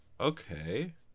okay